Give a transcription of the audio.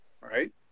right